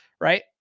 Right